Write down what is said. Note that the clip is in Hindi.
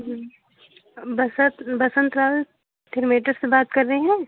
बसत बसंत लाल थिर्मेटर से बात कर रहे हैं